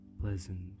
pleasant